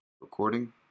Recording